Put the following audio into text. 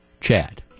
Chad